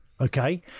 Okay